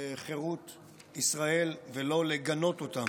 חירות ישראל ולא לגנות אותם.